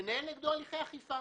לנהל נגדו הליכי אכיפה.